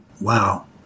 Wow